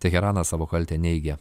teheranas savo kaltę neigia